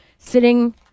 Sitting